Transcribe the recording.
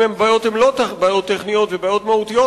אם הבעיות הן לא בעיות טכניות אלא בעיות מהותיות,